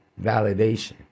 validation